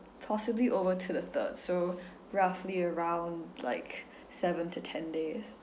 possibly over to the third so roughly around like seven to ten days